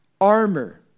armor